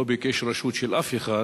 לא ביקש רשות של אף אחד,